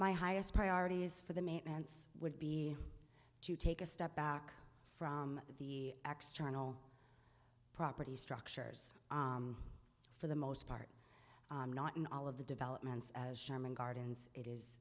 my highest priority is for the maintenance would be to take a step back from the external property structures for the most part not in all of the developments as sherman gardens it is